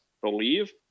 believe